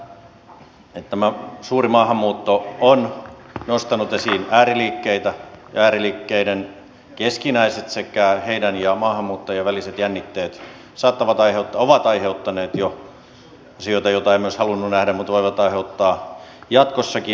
ensinnäkin tämä suuri maahanmuutto on nostanut esiin ääriliikkeitä ja ääriliikkeiden keskinäiset sekä heidän ja maahanmuuttajien väliset jännitteet ovat aiheuttaneet jo asioita joita emme olisi halunneet nähdä mutta voivat aiheuttaa jatkossakin